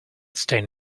staying